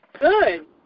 Good